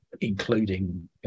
including